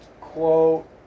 quote